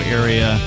area